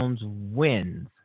wins